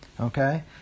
Okay